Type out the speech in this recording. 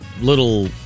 little